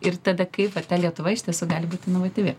ir tada kaip va ta lietuva iš tiesų gali būt inovatyvi